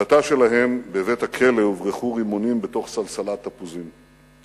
אל התא שלהם בבית-הכלא הוברחו רימונים בתוך סלסילת תפוזים.